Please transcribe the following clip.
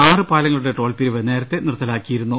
ആര് പാലങ്ങളുടെ ടോൾപിരിവ് നേരത്തെ നിർത്തലാക്കിയിരുന്നു